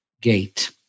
gate